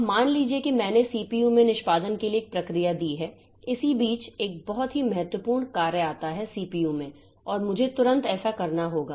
अब मान लीजिए कि मैंने सीपीयू में निष्पादन के लिए एक प्रक्रिया दी है इसी बीच एक बहुत ही महत्वपूर्ण कार्य आता है सीपीयू में और मुझे तुरंत ऐसा करना होगा